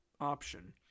option